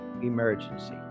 emergency